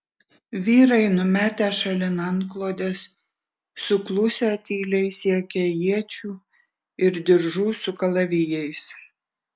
vyrai numetę šalin antklodes suklusę tyliai siekė iečių ir diržų su kalavijais